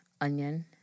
onion